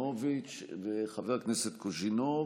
חיימוביץ' וחבר הכנסת קוז'ינוב.